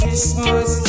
Christmas